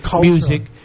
music